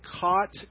caught